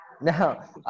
Now